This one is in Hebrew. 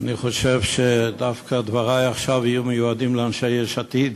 אני חושב דווקא שדברי עכשיו יהיו מיועדים לחברי יש עתיד